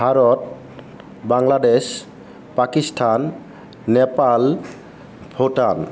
Bharat Bangladesh Pakistan Nepal Bhutan